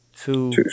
two